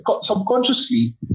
Subconsciously